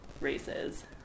races